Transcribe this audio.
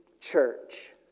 church